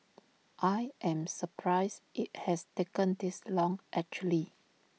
I am surprised IT has taken this long actually